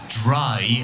dry